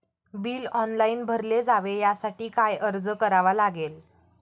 Bill online भरले जावे यासाठी काय अर्ज करावा लागेल?